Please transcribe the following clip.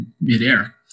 midair